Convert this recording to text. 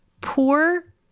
poor